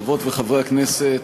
חברות וחברי הכנסת,